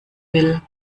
will